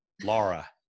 Laura